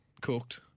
cooked